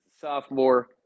Sophomore